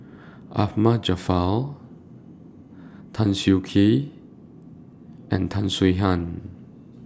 Ahmad Jaafar Tan Siak Kew and Tan Swie Hian